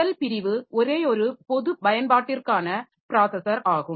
முதல் பிரிவு ஒரேயொரு பொது பயன்பாட்டிற்கான ப்ராஸஸர் ஆகும்